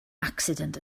accident